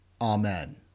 Amen